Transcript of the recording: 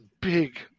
big